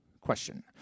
question